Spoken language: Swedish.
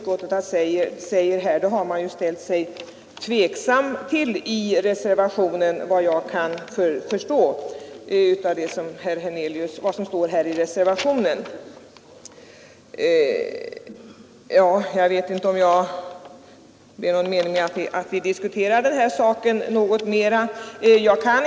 Detta uttalande har reservanterna såvitt jag förstår ställt sig tveksamma till. Jag vet inte om det är någon mening med att vi diskuterar den här saken mer.